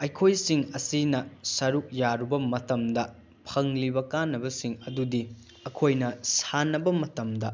ꯑꯩꯈꯣꯏꯁꯤꯡ ꯑꯁꯤꯅ ꯁꯔꯨꯛ ꯌꯥꯔꯨꯕ ꯃꯇꯝꯗ ꯐꯪꯂꯤꯕ ꯀꯥꯟꯅꯕꯁꯤꯡ ꯑꯗꯨꯗꯤ ꯑꯩꯈꯣꯏꯅ ꯁꯥꯟꯅꯕ ꯃꯇꯝꯗ